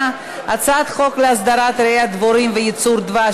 ההצעה להעביר את הצעת חוק להסדרת רעיית דבורים וייצור דבש,